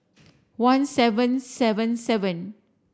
one seven seven seven